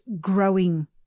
growing